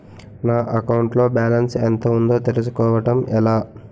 నా అకౌంట్ లో బాలన్స్ ఎంత ఉందో తెలుసుకోవటం ఎలా?